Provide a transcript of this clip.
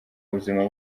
ubuzima